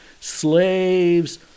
slaves